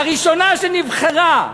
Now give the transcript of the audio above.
הראשונה שנבחרה,